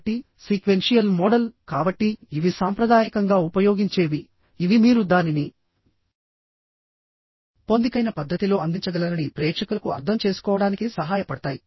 కాబట్టిసీక్వెన్షియల్ మోడల్కాబట్టి ఇవి సాంప్రదాయకంగా ఉపయోగించేవిఇవి మీరు దానిని పొందికైన పద్ధతిలో అందించగలరని ప్రేక్షకులకు అర్థం చేసుకోవడానికి సహాయపడతాయి